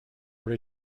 were